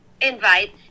invites